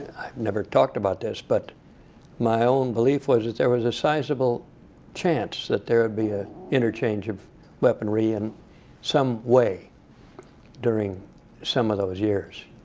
i've never talked about this, but my own belief was there was a sizeable chance that there would be an ah interchange of weaponry in some way during some of those years.